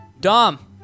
Dom